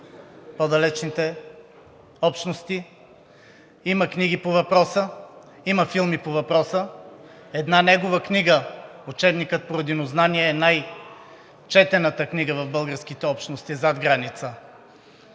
по-далечните общности. Има книги по въпроса, има филми по въпроса. Една негова книга – учебникът по Родинознание, е най четената книга в българските общности зад граница.